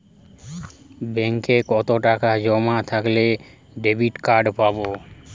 ব্যাঙ্কে কতটাকা জমা থাকলে ডেবিটকার্ড পাব?